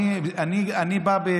אני בא,